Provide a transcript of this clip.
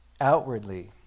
outwardly